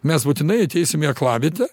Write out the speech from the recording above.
mes būtinai ateisim į aklavietę